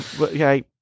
okay